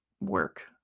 work